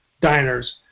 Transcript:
diners